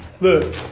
look